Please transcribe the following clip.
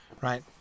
Right